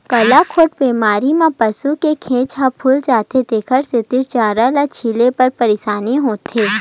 गलाघोंट बेमारी म पसू के घेंच ह फूल जाथे तेखर सेती चारा ल लीले म परसानी होथे